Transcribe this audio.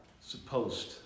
supposed